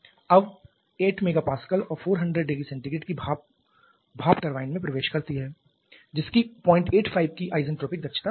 अब 8 MPa और 400℃ की भाप भाप टरबाइन में प्रवेश करती है जिसकी 085 की आइसेंट्रोपिक दक्षता होती है